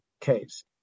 case